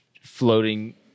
floating